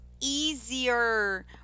easier